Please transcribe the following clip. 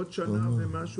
בעוד שנה ומשהו,